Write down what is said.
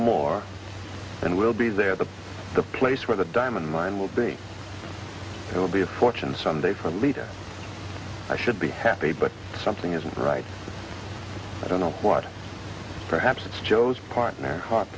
more and we'll be there but the place where the diamond mine will be will be a fortune someday for leader i should be happy but something isn't right i don't know what perhaps it's joe's partner